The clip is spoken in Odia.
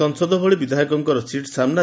ସଂସଦର ଭଳି ବିଧାୟକଙ୍ ସିଟ୍ ସାମୁ